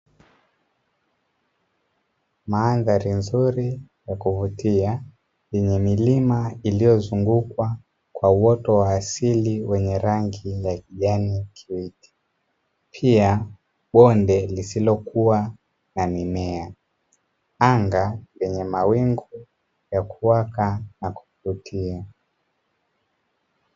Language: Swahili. Mandhari nzuri ya kuvutia yenye milima iliyozungukwa kwa uoto wa asili wenye rangi ya kijani kibichi, pia bonde lisilokuwa na mimea, anga yenye mawingu ya kuwaka na kuvutia.